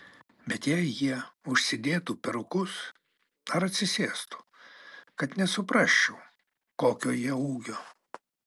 bet jei jie užsidėtų perukus ar atsisėstų kad nesuprasčiau kokio jie ūgio